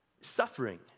suffering